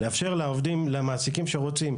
צריך לאפשר למעסיקים שרוצים,